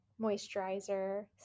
moisturizer